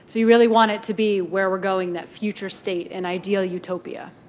you really want it to be where we're going, that future state. an ideal utopia.